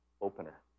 opener